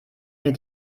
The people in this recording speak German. mir